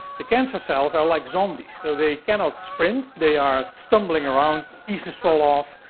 the cancer cells are like zombies. so, they cannot sprint. they are stumbling around, pieces fall off.